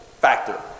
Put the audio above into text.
factor